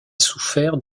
souffert